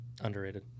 Underrated